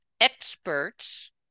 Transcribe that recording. experts